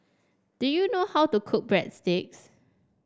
do you know how to cook Breadsticks